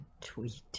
tweet